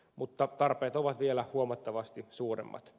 mutta tarpeet ovat vielä huomattavasti suuremmat